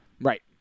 Right